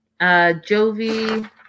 Jovi